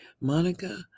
Monica